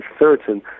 certain